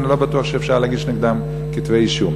לא בטוח שאפשר להגיש נגדם כתבי אישום.